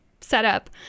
setup